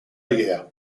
year